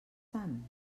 tant